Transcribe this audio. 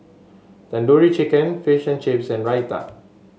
Tandoori Chicken Fish and Chips and Raita